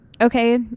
okay